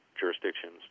jurisdictions